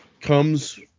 comes